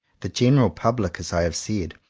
the general public, as i have said,